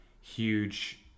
huge